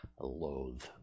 Loathe